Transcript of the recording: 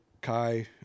kai